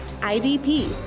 IDP